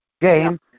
game